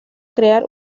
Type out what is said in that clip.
crear